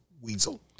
weasel